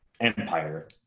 empire